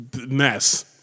mess